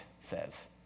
says